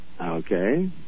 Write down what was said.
Okay